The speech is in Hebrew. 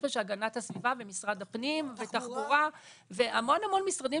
יש פה של הגנת הסביבה ומשרד הפנים ותחבורה והמון משרדים